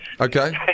Okay